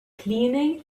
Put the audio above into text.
cleaning